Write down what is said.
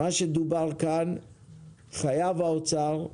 מה שדובר כאן חייב האוצר,